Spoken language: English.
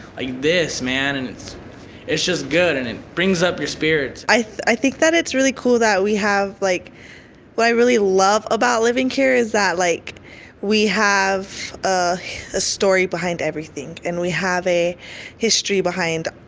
this, man. and it's it's just good and it brings up your spirit. i think that it's really cool that we have like what i really love about living here is that like we have a story behind everything and we have a history behind